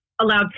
allowed